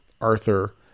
Arthur